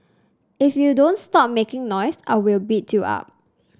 if you don't stop making noise I will beat you up